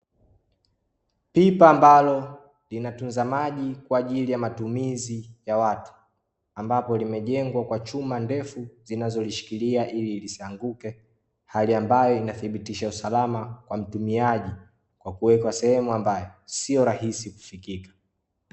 Pipa ambalo linatunza maji kwa ajili ya matumizi ya watu. Ambapo limejengwa kwa chuma ndefu zinazolishikilia ili lisianguke, hali ambayo inathibitisha usalama kwa mtumiaji kwa kuweka sehemu ambayo sio rahisi kufikika.